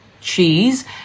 cheese